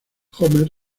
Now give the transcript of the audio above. homer